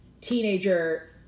teenager